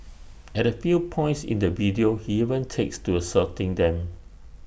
at A few points in the video she even takes to assaulting them